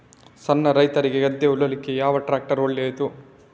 ಸಣ್ಣ ರೈತ್ರಿಗೆ ಗದ್ದೆ ಉಳ್ಳಿಕೆ ಯಾವ ಟ್ರ್ಯಾಕ್ಟರ್ ಒಳ್ಳೆದು?